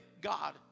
God